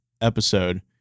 episode